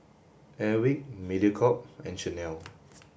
Airwick Mediacorp and Chanel